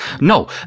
No